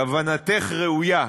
כוונתך ראויה,